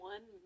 One